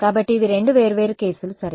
కాబట్టి ఇవి రెండు వేర్వేరు కేసులు సరే